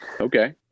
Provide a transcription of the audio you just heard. Okay